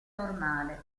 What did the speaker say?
normale